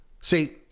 See